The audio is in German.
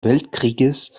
weltkrieges